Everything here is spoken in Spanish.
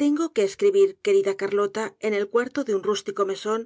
tengo que escribir querida carlota en el cuarto de un rústico mesón